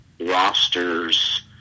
rosters